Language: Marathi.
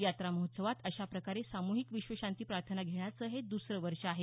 यात्रा महोत्सवात अशा प्रकारे साम्हिक विश्वशांती प्रार्थना घेण्याचं हे दुसरं वर्ष आहे